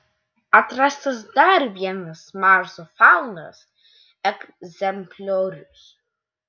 atrastas dar vienas marso faunos egzempliorius